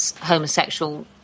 homosexual